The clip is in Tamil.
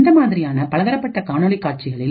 இந்த மாதிரியான பலதரப்பட்ட காணொளி காட்சிகளில்